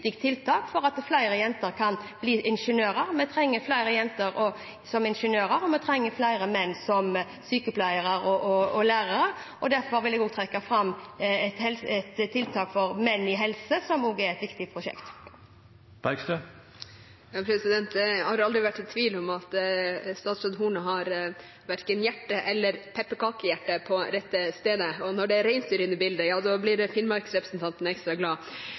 tiltak for at flere jenter skal kunne bli ingeniører. Vi trenger flere jenter som ingeniører, og vi trenger også flere menn som sykepleiere og lærere. Derfor vil jeg også trekke fram tiltaket Menn i helse, som også er et viktig prosjekt. Jeg har aldri vært i tvil om at statsråd Horne har både hjertet og pepperkakehjertet på rett sted. Og når det er reinsdyr inne i bildet, da blir finnmarkrepresentanten ekstra glad.